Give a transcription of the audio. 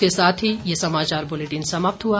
इसके साथ ये समाचार बुलेटिन समाप्त हुआ